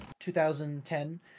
2010